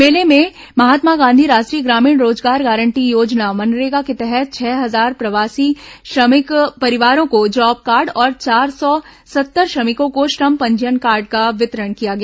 मेले में महात्मा गांधी राष्ट्रीय ग्रामीण रोजगार गारंटी योजना मनरेगा के तहत छह हजार प्रवासी श्रमिक परिवारों को जॉब कार्ड और चार सौ सत्तर श्रमिकों को श्रम पंजीयन कार्ड का वितरण किया गया